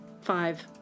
Five